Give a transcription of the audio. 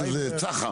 צח"מ